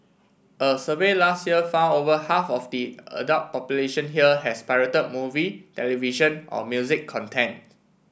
a survey last year found over half of the adult population here has pirated movie television or music content